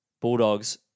Bulldogs